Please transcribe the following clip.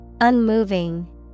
Unmoving